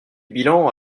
bilan